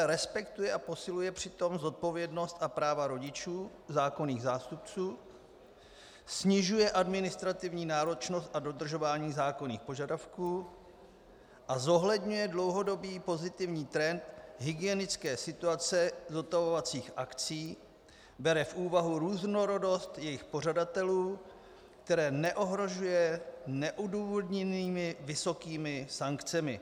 Respektuje a posiluje přitom zodpovědnost a práva rodičů, zákonných zástupců, snižuje administrativní náročnost a dodržování zákonných požadavků a zohledňuje dlouhodobý pozitivní trend hygienické situace zotavovacích akcí, bere v úvahu různorodost jejich pořadatelů, které neohrožuje neodůvodněnými vysokými sankcemi.